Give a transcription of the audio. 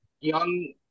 young